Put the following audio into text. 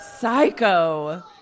Psycho